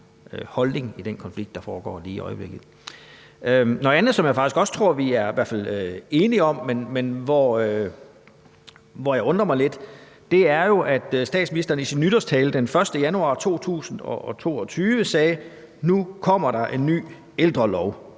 sig om den konflikt, der foregår lige i øjeblikket. Der er et andet emne, hvor jeg faktisk i hvert fald også tror at vi er enige, men hvor jeg undrer mig lidt, og det er jo, at statsministeren i sin nytårstale den 1. januar 2022 sagde, at der nu kommer en ny ældrelov.